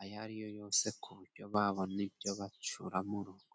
ayo ariyo yose ku buryo babona ibyo bacura mu rugo.